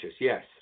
yes